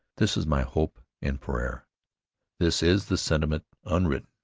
this is my hope and prayer this is the sentiment unwritten,